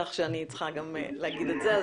כך שאני צריכה גם להגיד את זה.